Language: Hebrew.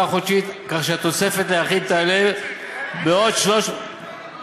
החודשית כך שהתוספת ליחיד תעלה בעד 300 ש"ח לחודש.